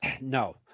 no